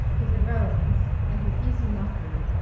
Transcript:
his irrelevance and his easy mockery,